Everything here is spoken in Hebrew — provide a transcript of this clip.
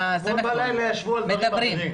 אתמול בלילה ישבו על דברים אחרים.